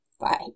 Bye